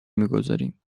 میگذاریم